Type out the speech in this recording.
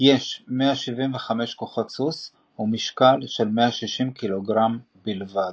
יש 175 כוח סוס, ומשקלו 166 קילוגרם בלבד.